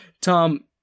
Tom